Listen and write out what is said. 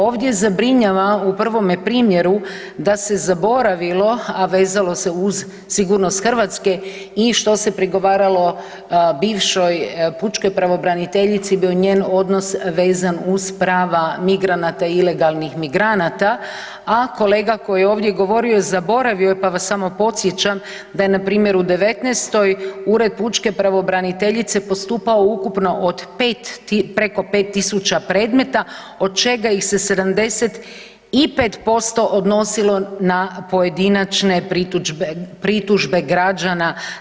Ovdje zabrinjava u prvome primjeru da se zaboravilo, a vezalo se uz sigurnost Hrvatske i što se prigovarala bivšoj pučkoj pravobraniteljici bio je njen odnos vezan uz prava migranata i ilegalnih migranata, a kolega koji je ovdje govorio zaboravio je pa vas samo podsjećam da je npr. u '19.-toj Ured pučka pravobraniteljice postupao ukupno od, preko 5000 predmeta od čega ih se 75% odnosilo na pojedinačne pritužbe građana.